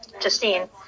Justine